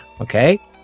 Okay